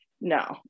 no